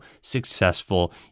successful